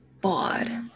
bored